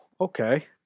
Okay